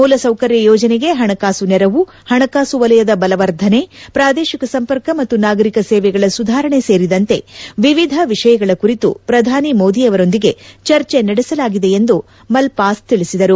ಮೂಲ ಸೌಕರ್ಯ ಯೋಜನೆಗೆ ಪಣಕಾಸು ನೆರವು ಪಣಕಾಸು ವಲಯದ ಬಲವರ್ಧನೆ ಪ್ರಾದೇಶಿಕ ಸಂಪರ್ಕ ಮತ್ತು ನಾಗರಿಕ ಸೇವೆಗಳ ಸುಧಾರಣೆ ಸೇರಿದಂತೆ ವಿವಿಧ ವಿಷಯಗಳ ಕುರಿತು ಪ್ರಧಾನಿ ಮೋದಿ ಅವರೊಂದಿಗೆ ಚರ್ಚೆ ನಡೆಸಲಾಗಿದೆ ಎಂದು ಮಲ್ವಾಸ್ ತಿಳಿಸಿದರು